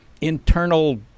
internal